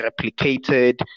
replicated